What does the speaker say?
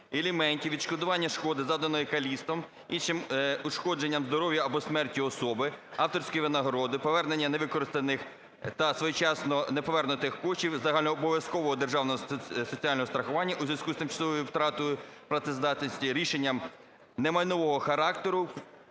відшкодування шкоди, завданої каліцтвом, іншим ушкодженням здоров'я або смертю особи, авторської винагороди, повернення невикористаних та своєчасно неповернутих коштів загальнообов'язкового державного соціального страхування у зв'язку з тимчасовою втратою працездатності, рішеннями немайнового характеру"